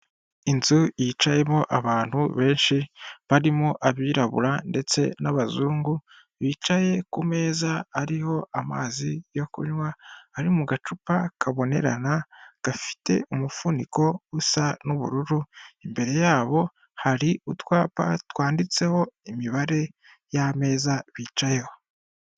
Inzu yicayemo abantu, benshi barimo abirabura ndetse n'abazungu, bicaye ku meza ariho amazi yo kunywa, ari mu gacupa kabonerana, gafite umufuniko usa n'ubururu, imbere yabo hari utwapa twanditseho imibare y'ameza bicayeho.